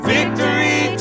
Victory